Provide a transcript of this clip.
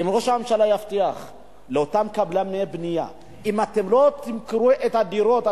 אם ראש הממשלה יבטיח לאותם קבלני בנייה: אם לא תמכרו את הדירות,